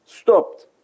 stopped